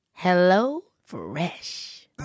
HelloFresh